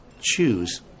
choose